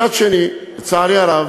מצד שני, לצערי הרב,